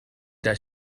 that